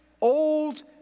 old